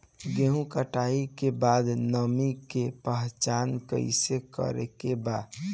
गेहूं कटाई के बाद नमी के पहचान कैसे करेके बा?